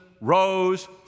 rose